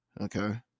okay